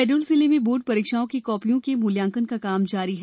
शहडोल जिले में बोर्ड परीक्षाओं की कापियों के मूल्यांकन का काम जारी है